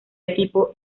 equipo